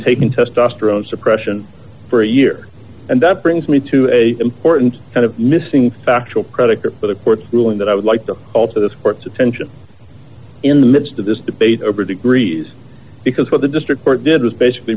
taking testosterone suppression for a year and that brings me to a important kind of missing factual predicate for the court's ruling that i would like to alter this court's attention in the midst of this debate over degrees because what the district court did was basically